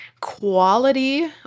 Quality